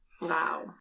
Wow